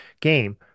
game